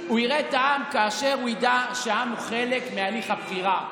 הוא יראה את העם כאשר הוא ידע שהעם הוא חלק מהליך הבחירה.